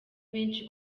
benshi